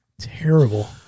terrible